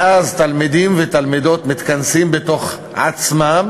ואז תלמידים ותלמידות מתכנסים בתוך עצמם,